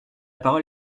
parole